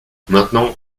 maintenant